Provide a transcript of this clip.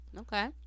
Okay